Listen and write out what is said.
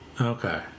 Okay